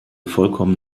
vollkommen